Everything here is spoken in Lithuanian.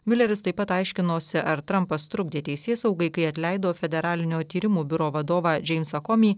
miuleris taip pat aiškinosi ar trampas trukdė teisėsaugai kai atleido federalinio tyrimų biuro vadovą džeimsą komį